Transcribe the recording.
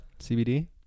CBD